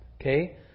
Okay